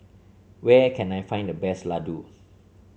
where can I find the best Ladoo